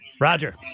Roger